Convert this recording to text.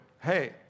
hey